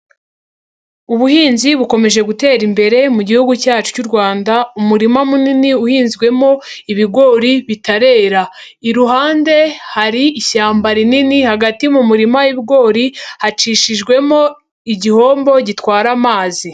Ubuhinzi bukomeje gutera imbere mu gihugu cyacu cy'u Rwanda, umurima munini uhinzwemo ibigori bitarera. Iruhande hari ishyamba rinini hagati mu murima w'ibigori hacishijwemo igihombo gitwara amazi.